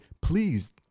please